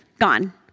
gone